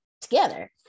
together